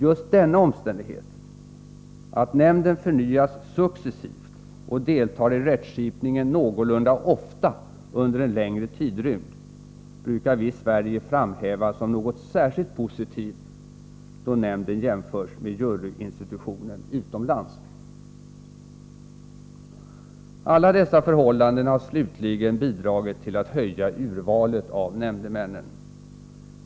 Just denna omständighet — att nämnden förnyas successivt och deltar i rättskipningen någorlunda ofta under en längre tidrymd — brukar vi i Sverige framhäva som något särskilt positivt, då nämnden jämförs med juryinstitutionen utomlands. Alla dessa förhållanden har slutligen bidragit till att förbättra urvalet av nämndemän.